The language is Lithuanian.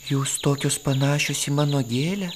jūs tokios panašios į mano gėlę